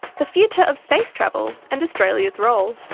the future of space travel, and australia's role.